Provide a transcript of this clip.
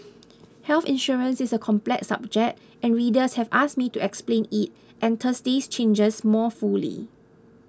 health insurance is a complex subject and readers have asked me to explain it and Thursday's changes more fully